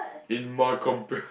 in my compare